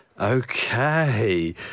okay